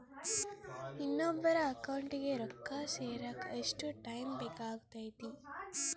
ಇನ್ನೊಬ್ಬರ ಅಕೌಂಟಿಗೆ ರೊಕ್ಕ ಸೇರಕ ಎಷ್ಟು ಟೈಮ್ ಬೇಕಾಗುತೈತಿ?